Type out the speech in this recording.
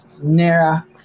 NERA